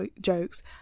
jokes